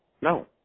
No